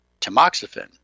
tamoxifen